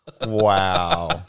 Wow